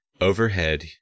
Overhead